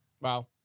Wow